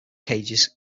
cages